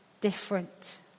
different